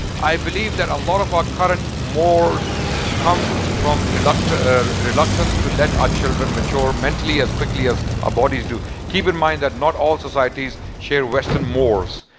i believe that a lot of our current morals come from reluctance ah reluctance to let our children mature mentally as quickly as our bodies do keep in mind that not all societies share western morals.